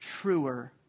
truer